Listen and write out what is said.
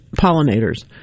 pollinators